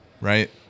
right